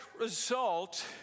result